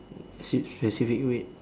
specific weight